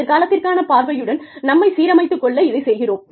எதிர்காலத்திற்கான பார்வையுடன் நம்மைச் சீரமைத்துக் கொள்ள இதைச் செய்கிறோம்